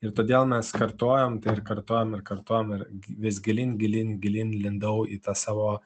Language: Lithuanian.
ir todėl mes kartojim tai ir kartojim ir kartojim ir vis gilyn gilyn gilyn įlindau į tą savo